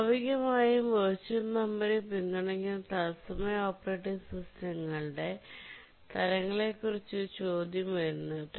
സ്വാഭാവികമായും വെർച്വൽ മെമ്മറിയെ പിന്തുണയ്ക്കുന്ന തത്സമയ ഓപ്പറേറ്റിംഗ് സിസ്റ്റങ്ങളുടെ തരങ്ങളെക്കുറിച്ച് ഒരു ചോദ്യം ഉയരുന്നു